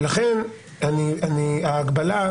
ולכן ההגבלה,